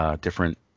different